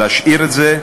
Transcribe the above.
להשאיר את זה.